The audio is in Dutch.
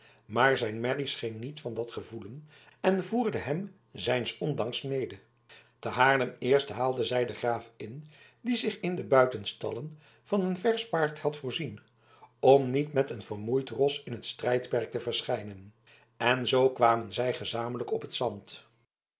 maar zijn merrie scheen niet van dat gevoelen en voerde hem zijns ondanks mede te haarlem eerst haalden zij den graaf in die zich in de buitenstallen van een versch paard had voorzien om niet met een vermoeid ros in het strijdperk te verschijnen en zoo kwamen zij gezamenlijk op het zand